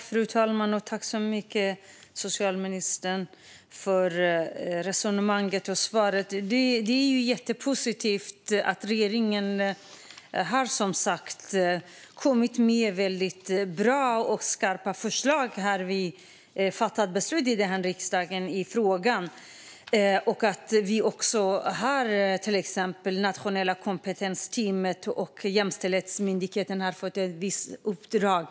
Fru talman! Jag tackar socialministern så mycket för resonemanget och svaret. Det är jättepositivt att regeringen har kommit med väldigt bra och skarpa förslag i frågan, vilka vi också har fattat beslut om här i riksdagen, och att till exempel det nationella kompetensteamet och Jämställdhetsmyndigheten har fått uppdrag.